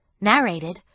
Narrated